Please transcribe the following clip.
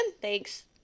Thanks